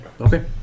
Okay